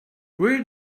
where